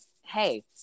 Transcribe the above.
hey